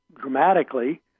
dramatically